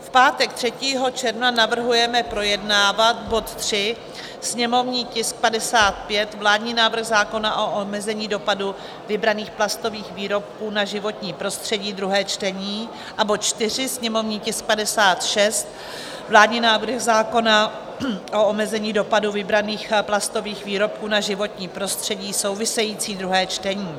V pátek 3. června navrhujeme projednávat bod 3, sněmovní tisk 55, vládní návrh zákona o omezení dopadu vybraných plastových výrobků na životní prostředí druhé čtení, a bod 4, sněmovní tisk 56, vládní návrh zákona o omezení dopadu vybraných plastových výrobků na životní prostředí související, druhé čtení.